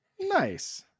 Nice